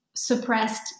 suppressed